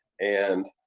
and,